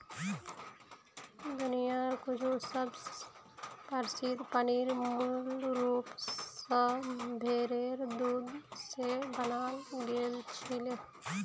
दुनियार कुछु सबस प्रसिद्ध पनीर मूल रूप स भेरेर दूध स बनाल गेल छिले